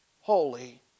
holy